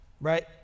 right